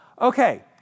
Okay